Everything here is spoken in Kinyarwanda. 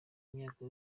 imyaka